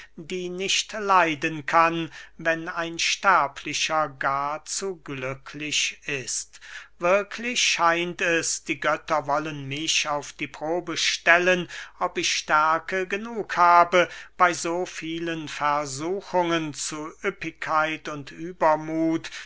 die nicht leiden kann wenn ein sterblicher gar zu glücklich ist wirklich scheint es die götter wollen mich auf die probe stellen ob ich stärke genug habe bey so vielen versuchungen zu üppigkeit und übermuth